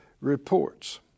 reports